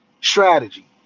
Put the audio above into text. strategy